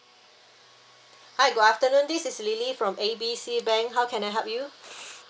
hi good afternoon this is lily from A B C bank how can I help you